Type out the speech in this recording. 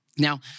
Now